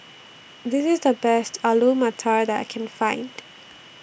This IS The Best Alu Matar that I Can Find